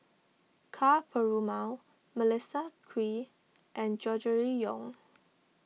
Ka Perumal Melissa Kwee and Gregory Yong